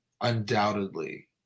undoubtedly